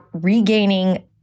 regaining